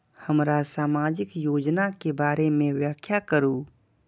हमरा सामाजिक योजना के बारे में व्याख्या करु?